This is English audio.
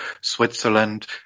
Switzerland